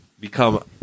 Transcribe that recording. become